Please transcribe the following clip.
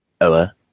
Ella